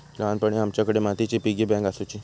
ल्हानपणी आमच्याकडे मातीची पिगी बँक आसुची